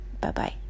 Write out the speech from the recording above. Bye-bye